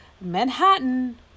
Manhattan